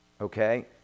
okay